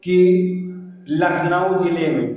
कि लखनऊ जिले में